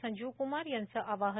संजीव कुमार यांचं आवाहन